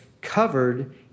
covered